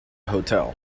hotel